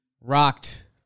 rocked